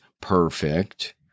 perfect